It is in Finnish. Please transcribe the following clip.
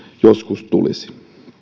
joskus tulisi